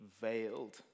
veiled